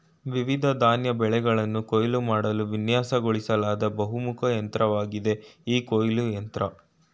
ವಿವಿಧ ಧಾನ್ಯ ಬೆಳೆಗಳನ್ನ ಕೊಯ್ಲು ಮಾಡಲು ವಿನ್ಯಾಸಗೊಳಿಸ್ಲಾದ ಬಹುಮುಖ ಯಂತ್ರವಾಗಿದೆ ಈ ಕೊಯ್ಲು ಯಂತ್ರ